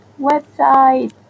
website